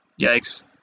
yikes